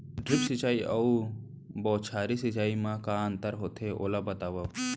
Drip सिंचाई अऊ बौछारी सिंचाई मा का अंतर होथे, ओला बतावव?